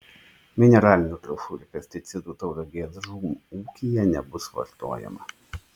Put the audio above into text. mineralinių trąšų ir pesticidų tauragės žūm ūkyje nebus vartojama